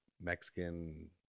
mexican